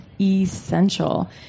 essential